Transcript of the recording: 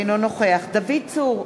אינו נוכח דוד צור,